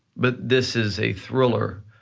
but this is a thriller.